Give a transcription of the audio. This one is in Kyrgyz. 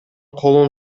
колун